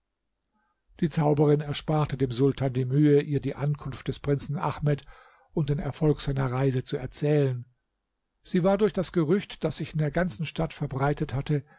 die zauberin ersparte dem sultan die mühe ihr die ankunft des prinzen ahmed und den erfolg seiner reise zu erzählen sie war durch das gerücht das sich in der ganzen stadt verbreitet hatte